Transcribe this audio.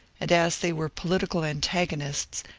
and as they were political antagonists,